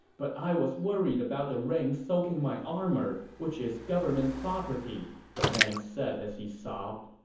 but i was worried about the rain soaking my armor, which is government property, the man said as he sobbed.